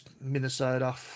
Minnesota